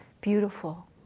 beautiful